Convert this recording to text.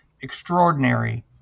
extraordinary